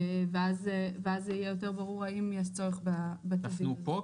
ואז זה יהיה יותר ברור האם יש צורך -- תפנו פה,